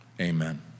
Amen